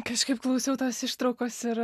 kažkaip klausiau tos ištraukos ir